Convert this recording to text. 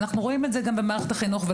ואנחנו רואים את זה גם במערכת החינוך.